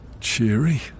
Cheery